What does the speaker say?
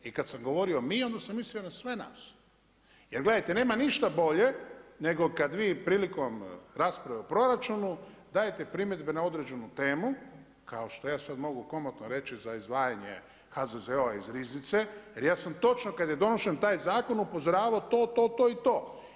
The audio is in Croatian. I kad sam govorio mi, onda sam mislio na sve nas. jer gledajte, nema ništa bolje nego kad vi prilikom rasprave o proračunu dajete primjedbe na određenu temu, kao što ja sad komotno mogu reći za izdvajanje HZZO-a iz riznice jer ja sam točno kad je donošen taj zakon upozoravao to, to, to i to.